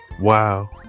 Wow